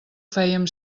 fèiem